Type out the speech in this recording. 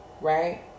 Right